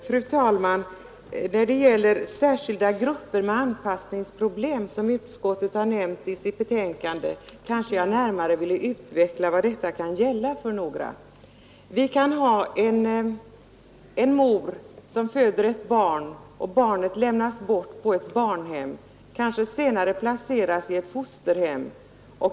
Fru talman! Utskottet har i betänkandet nämnt särskilda grupper med anpassningsproblem, och jag vill gärna närmare utveckla vilka det kan gälla. Det kan finnas en mor som föder ett barn och lämnar bort barnet till ett barnhem. Senare kanske barnet placeras i ett fosterhem.